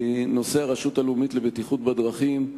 נושא הרשות הלאומית לבטיחות בדרכים.